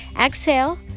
exhale